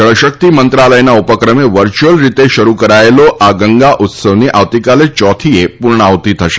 જળશક્તિ મંત્રાલયના ઉપક્રમે વર્યુથાઅલ રીતે શરૂ કરાયેલો આ ગંગા ઉત્સવની આવતીકાલે યોથીએ પૂર્ણાહૂતિ થશે